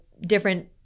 different